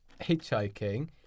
hitchhiking